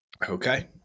Okay